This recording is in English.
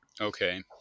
Okay